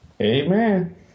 Amen